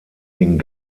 den